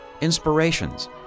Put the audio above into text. inspirations